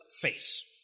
face